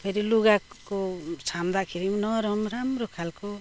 फेरि लुगाको छाम्दाखेरि पनि नरम राम्रो खालको